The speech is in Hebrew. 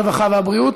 הרווחה והבריאות.